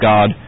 God